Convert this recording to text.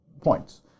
points